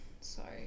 sorry